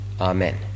Amen